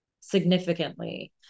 significantly